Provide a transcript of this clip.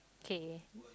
K